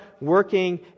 working